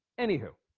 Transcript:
anywho